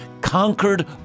conquered